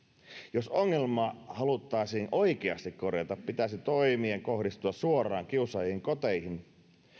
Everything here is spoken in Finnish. jos ongelma haluttaisiin oikeasti korjata pitäisi toimien kohdistua suoraan kiusaajien koteihin